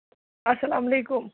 اَسلام علیکُم